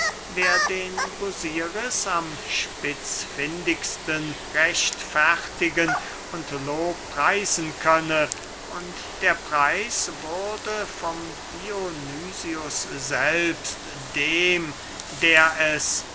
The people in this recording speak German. wer den busiris am spitzfündigsten rechtfertigen und lobpreisen könne und der preis wurde vom dionysius selbst dem der es